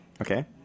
Okay